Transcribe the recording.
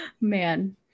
Man